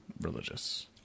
religious